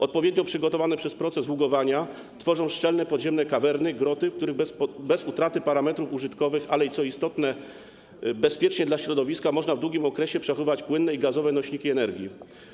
Odpowiednio przygotowane przez proces ługowania tworzą szczelne podziemne kawerny, groty, w których bez utraty parametrów użytkowych, ale i, co istotne, bezpiecznie dla środowiska można w długim okresie przechowywać płynne i gazowe nośniki energii.